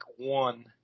one